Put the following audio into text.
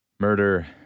Murder